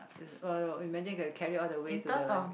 uh [oh]-my-god imagine I got to carry all the way to the library